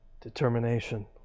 determination